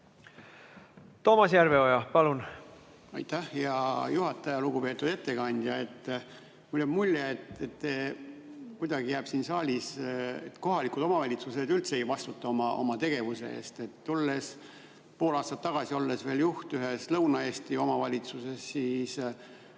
Toomas Järveoja, palun! Aitäh, hea juhataja! Lugupeetud ettekandja! Mulle jääb mulje siin saalis, et kohalikud omavalitsused üldse ei vastuta oma tegevuse eest. Pool aastat tagasi olin veel juht ühes Lõuna-Eesti omavalitsuses.